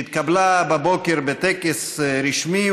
שהתקבלה בבוקר בטקס רשמי,